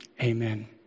Amen